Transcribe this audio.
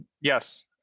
yes